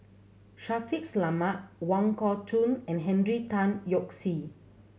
Shaffiq Selamat Wong Kah Chun and Henry Tan Yoke See